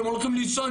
אתם הולכים לישון,